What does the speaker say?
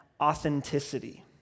authenticity